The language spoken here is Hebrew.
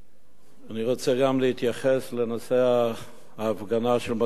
אני רוצה גם להתייחס לנושא ההפגנה של מוצאי-שבת,